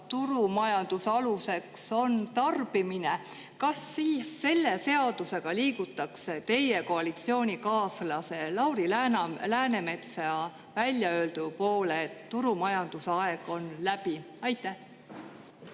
turumajanduse alus on tarbimine, siis kas selle seadusega liigutakse teie koalitsioonikaaslase Lauri Läänemetsa väljaöeldu poole, et turumajanduse aeg on läbi? Aitäh!